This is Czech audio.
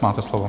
Máte slovo.